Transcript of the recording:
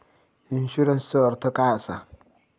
इन्शुरन्सचो अर्थ काय असा?